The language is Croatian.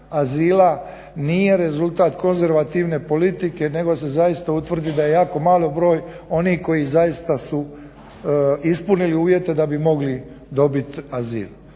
nije rezultat konzervativne politike nego se zaista utvrdi da je jako mali broj onih koji su ispunili uvjete da bi mogli dobiti azil.